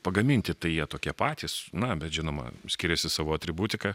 pagaminti tai jie tokie patys na bet žinoma skiriasi savo atributika